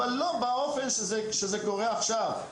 אבל לא באופן שזה קורה עכשיו,